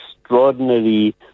extraordinary